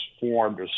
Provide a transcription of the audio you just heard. formed